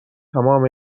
تمام